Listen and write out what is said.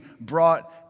brought